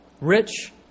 rich